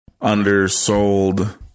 undersold